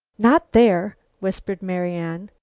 not there, whispered marian.